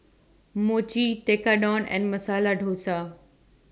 Mochi Tekkadon and Masala Dosa